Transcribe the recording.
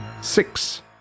six